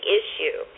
issue